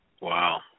Wow